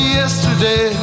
yesterday